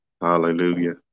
Hallelujah